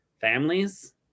families